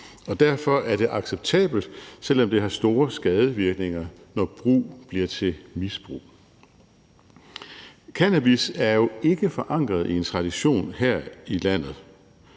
Derfor er det acceptabelt, selv om det har store skadevirkninger, når brug bliver til misbrug. Cannabis er jo ikke forankret i en tradition her i landet.